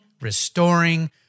restoring